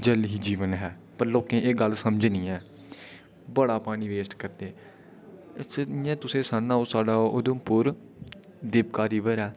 जल ही जीवन ऐ पर लोकें गी एह् गल्ल समझ नीं औंदी ऐ बड़ा पानी वेस्ट करदे इ'यां तुसें गी सुनाना अ'ऊं साढ़े उधमपुर देवका रिवर ऐ